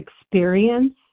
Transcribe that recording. experience